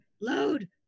Load